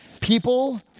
People